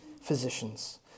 physicians